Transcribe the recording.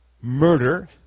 murder